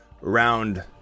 round